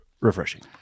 refreshing